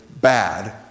bad